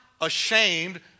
ashamed